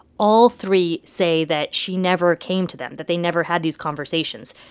all three say that she never came to them, that they never had these conversations.